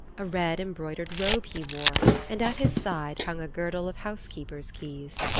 a red-embroidered robe he wore and at his side hung a girdle of housekeeper's keys.